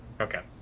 Okay